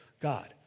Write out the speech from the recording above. God